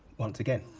once again,